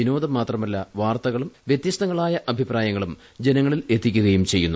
വിനോദം മാത്രമല്ല വാർത്തകളും വൃത്യസ്തങ്ങളായ അഭിപ്രായങ്ങളും ജനങ്ങളിൽ എത്തിക്കുകയും ചെയ്യുന്നു